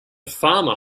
farmer